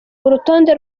urutonde